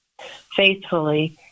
Faithfully